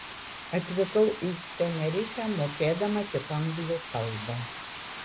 atvykau į tenerifę mokėdama tik anglų kalbą